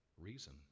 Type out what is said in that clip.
reason